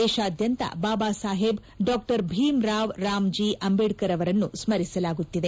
ದೇತಾದ್ಲಂತ ಬಾಬಾ ಸಾಹೇಬ್ ಡಾ ಭೀಮ್ ರಾಮ್ ರಾಮ್ಜೀ ಅಂಬೇಡ್ತರ್ ಅವರನ್ನು ಸ್ಕರಿಸಲಾಗುತ್ತಿದೆ